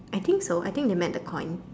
I think so I think they meant the coin